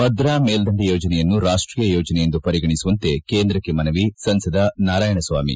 ಭದ್ರಾ ಮೇಲ್ಜಂಡೆ ಯೋಜನೆಯನ್ನು ರಾಷ್ಟೀಯ ಯೋಜನೆಯೆಂದು ಪರಿಗಣಿಸುವಂತೆ ಕೇಂದ್ರಕ್ಕೆ ಮನವಿ ಸಂಸದ ನಾರಾಯಣಸ್ವಾಮಿ